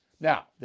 now